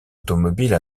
automobile